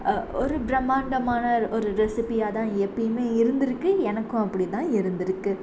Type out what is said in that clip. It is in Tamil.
ஒரு பிரம்மாண்டமான ஒரு ரெசிபியாக தான் எப்போயுமே இருந்துருக்குது எனக்கும் அப்படி தான் இருந்துருக்குது